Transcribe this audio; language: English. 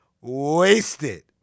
wasted